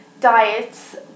diets